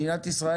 מדינת ישראל,